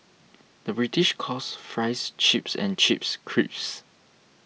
the British calls Fries Chips and Chips Crisps